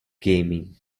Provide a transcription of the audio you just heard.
gaming